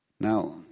Now